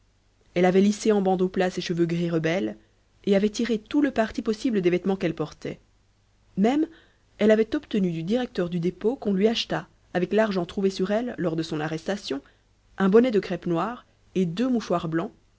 elle avait lissé en bandeaux plats ses cheveux gris rebelles et avait tiré tout le parti possible des vêtements qu'elle portait même elle avait obtenu du directeur du dépôt qu'on lui achetât avec l'argent trouvé sur elle lors de son arrestation un bonnet de crêpe noir et deux mouchoirs blancs